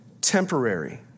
temporary